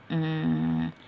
mm